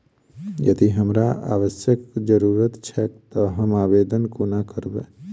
यदि हमरा आवासक जरुरत छैक तऽ हम आवेदन कोना करबै?